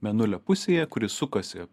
mėnulio pusėje kuris sukasi